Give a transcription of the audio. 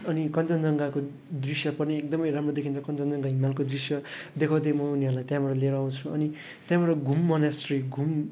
अनि कञ्चनजङ्घाको दृश्य पनि एकदमै राम्रो देखिन्छ कञ्चनजङ्घा हिमालको दृश्य देखाउँदै म उनीहरूलाई त्यहाँबाट लिएर आउँछु अनि त्यहाँबाट घुम मोनास्ट्री घुम